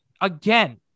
again